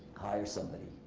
hire somebody.